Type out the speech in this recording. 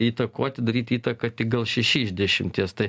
įtakoti daryti įtaką tik gal šeši iš dešimties tai